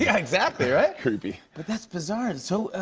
yeah, exactly, right? creepy. but that's bizarre. so